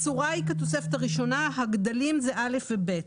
הצורה היא כתוספת הראשונה, הגדלים זה (א) ו-(ב).